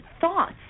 thoughts